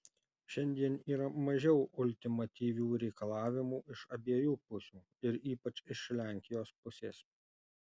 šiandien yra mažiau ultimatyvių reikalavimų iš abiejų pusių ir ypač iš lenkijos pusės